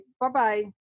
Bye-bye